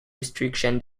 restriction